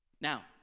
Now